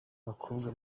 abakobwa